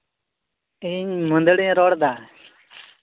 ᱤᱧ ᱢᱟᱹᱫᱟᱹᱲᱤᱭᱟᱹᱧ ᱨᱚᱲᱫᱟ